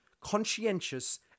conscientious